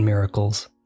miracles